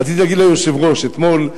רציתי להגיד ליושב-ראש שאתמול,